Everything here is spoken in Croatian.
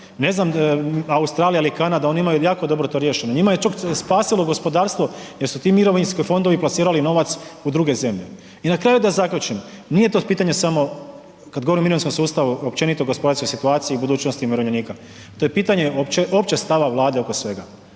Ne znam, Australija ili Kanada oni imaju to jako dobro riješeno. Njima je čak spasilo gospodarstvo jer su ti mirovinski fondovi plasirali novac u druge zemlje. I na kraju da zaključim, nije to pitanje samo kada govorim o mirovinskom sustavu općenito o gospodarskoj situaciji i budućnosti umirovljenika, to je pitanje općeg stava Vlade oko svega.